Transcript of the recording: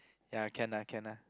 ya can ah can ah